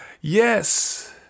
Yes